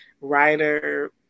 writer